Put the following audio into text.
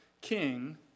king